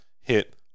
hit